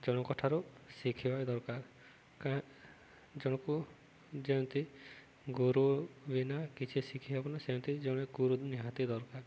ଜଣଙ୍କ ଠାରୁ ଶିଖିବା ଦରକାର ଜଣକୁ ଯେମିତି ଗୁରୁ ବିନା କିଛି ଶିଖି ହେବନି ସେମିତି ଜଣେ ଗୁରୁ ନିହାତି ଦରକାର